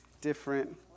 different